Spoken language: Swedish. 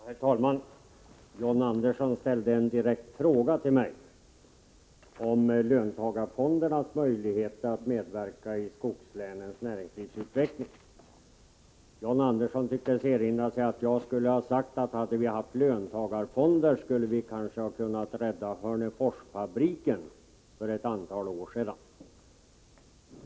Herr talman! John Andersson ställde en direkt fråga till mig om löntagarfondernas möjligheter att medverka i skogslänens näringslivsutveckling. John Andersson tycktes erinra sig att jag skulle ha sagt att hade vi haft löntagarfonder skulle vi kanske ha kunnat rädda Hörneforsfabriken för ett antal år sedan.